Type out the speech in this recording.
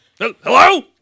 Hello